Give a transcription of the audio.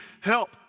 help